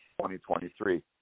2023